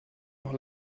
noch